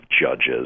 judges